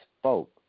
spoke